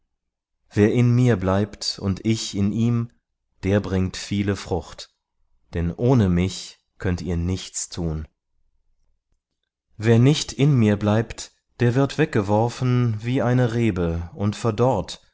wer in mir bleibt und ich in ihm der bringt viele frucht denn ohne mich könnt ihr nichts tun wer nicht in mir bleibt der wird weggeworfen wie eine rebe und verdorrt